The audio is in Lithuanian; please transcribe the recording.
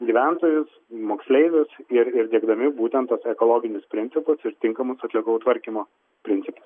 gyventojus moksleivius ir ir diegdami būtent ekologinius principus ir tinkamus atliekų tvarkymo principus